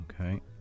Okay